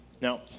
now